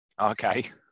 Okay